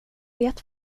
vet